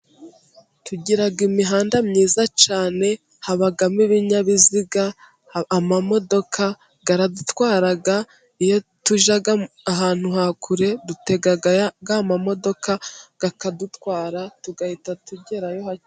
Tugira imihanda myiza cyane habamo ibinyabiziga amamodoka akadutwara. Iyo tujya ahantu kure dutega amamodoka akadutwara tugahita tugerayo .